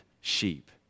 sheep